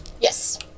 Yes